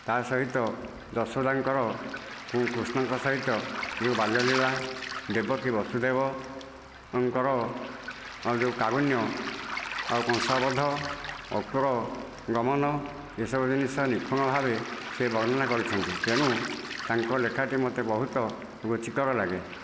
ତା'ସହିତ ଯଶୋଦାଙ୍କର କୃଷ୍ଣଙ୍କ ସହିତ ଯେଉଁ ବାଲ୍ୟଲୀଳା ଦେବକୀ ବସୁଦେବଙ୍କର ଯେଉଁ କାରୁଣ୍ୟ ଆଉ କଂସ ବଦ୍ଧ ଅକ୍ରୁର ଗମନ ଏସବୁ ଜିନିଷ ନିଖୁଣ ଭାବ ସେ ବର୍ଣ୍ଣନା କରିଛନ୍ତି ତେଣୁ ତାଙ୍କ ଲେଖାଟି ମୋତେ ବହୁତ ରୁଚିକର ଲାଗେ